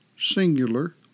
singular